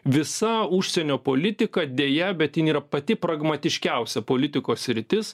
visa užsienio politika deja bet jin yra pati pragmatiškiausia politikos sritis